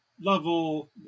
level